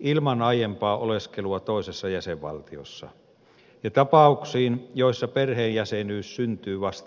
ilman aiempaa oleskelua toisessa jäsenvaltiossa ja tapauksiin joissa perheenjäsenyys syntyy vasta suomessa